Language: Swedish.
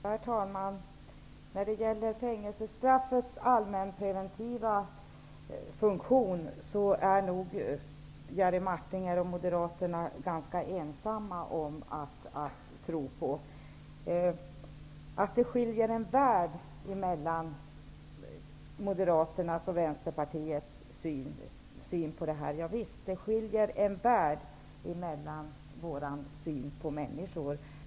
Herr talman! Jerry Martinger och Moderaterna är nog ensamma om att tro på fängelsestraffets allmänpreventiva funktion. Visst är det en värld som skiljer Moderaternas och Vänsterpartiets syn på människor.